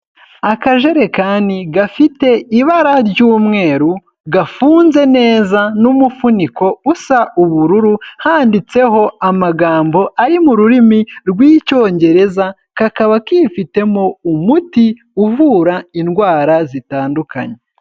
Akajerekani gafite ibara ry'umweru gafunze neza n'umufuniko usa ubururu handitseho amagambo ari mu rurimi rw'Icyongereza, kakaba kifitemo umuti uvura indwara zitandukanye.